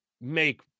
make